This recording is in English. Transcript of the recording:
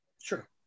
Sure